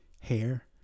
Hair